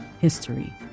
history